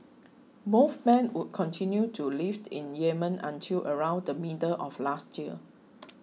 both men would continue to live in Yemen until around the middle of last year